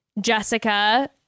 Jessica